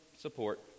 support